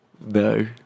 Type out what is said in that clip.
No